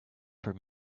for